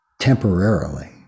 temporarily